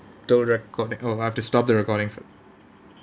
the recording oh I have to stop the recording for